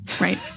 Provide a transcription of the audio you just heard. Right